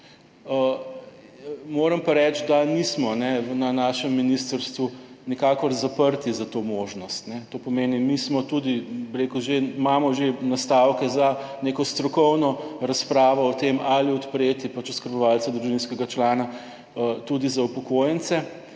moram pa reči, da nismo na našem ministrstvu nikakor zaprti za to možnost. To pomeni, mi smo tudi, bi rekel, že, imamo že nastavke za neko strokovno razpravo o tem ali odpreti pač oskrbovalca družinskega člana tudi za upokojence